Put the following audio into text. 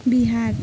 Bihar